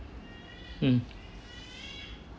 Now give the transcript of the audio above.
mm